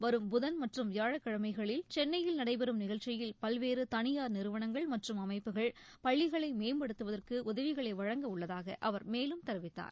வரும் புதன் மற்றும் வியாழக்கிழமைகளில் சென்னையில் நடைபெறும் நிகழ்ச்சியில் பல்வேறு தனியார் நிறுவனங்கள் மற்றும் அமைப்புகள் பள்ளிகளை மேம்படுத்துவதற்கு உதவிகளை வழங்க உள்ளதாக அவர் மேலும் தெரிவித்தார்